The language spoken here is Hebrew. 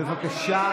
הוא אשכנזי?